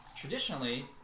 Traditionally